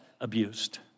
abused